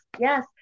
yes